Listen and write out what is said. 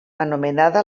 anomenada